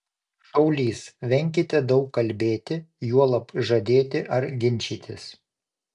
šaulys venkite daug kalbėti juolab žadėti ar ginčytis